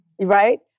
right